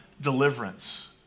deliverance